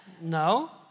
no